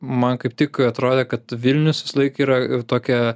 man kaip tik kai atrodė kad vilnius visąlaik yra tokia